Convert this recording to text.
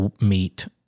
meet